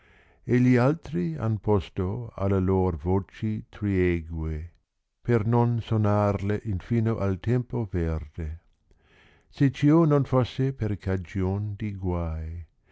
e gli altri han posto alle lor voci triegoe per non sonarle infino al tempo verde se ciò non fosse per cagion di guai